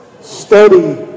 study